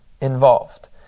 involved